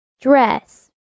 Dress